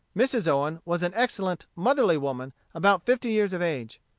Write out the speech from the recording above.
mrs. owen was an excellent, motherly woman, about fifty years of age.